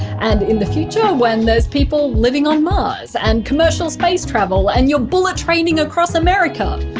and in the future, when there's people living on mars, and commercial space travel and you're bullet training across america,